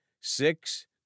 Six